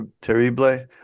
terrible